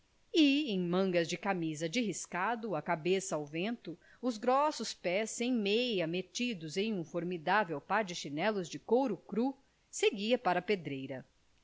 em mangas de camisa de riscado a cabeça ao vento os grossos pés sem meias metidos em um formidável par de chinelos de couro cru seguia para a pedreira